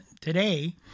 today